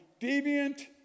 deviant